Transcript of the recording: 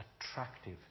attractive